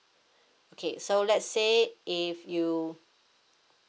okay so let's say if you